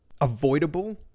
avoidable